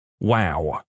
Wow